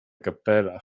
kapela